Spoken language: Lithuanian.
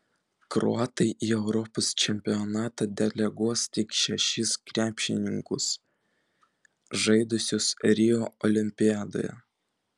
kroatai į europos čempionatą deleguos tik šešis krepšininkus žaidusius rio olimpiadoje